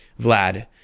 Vlad